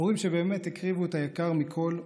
הורים שבאמת הקריבו את היקר מכול,